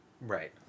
Right